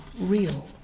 real